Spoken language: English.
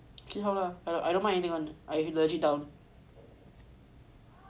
see how lah I don't mind anything [one] I legit down